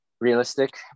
realistic